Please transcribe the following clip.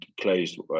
closed